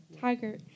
Tiger